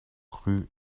cru